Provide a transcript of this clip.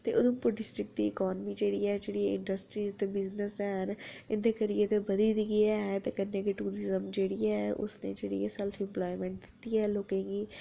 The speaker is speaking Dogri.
ते उधमपुर डिस्ट्रिक दी इकानमी जेह्ड़ी ऐ जेहड़ी इंट्रस्टीज ते बिजनेस हैन इं'दे करियै ते बधी दी गै ऐ ते कन्नै गै टूरिज्म जेह्ड़ी ऐ उस च सैल्फ इंप्लायमैंट बी ऐ लोकें गी